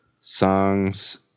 songs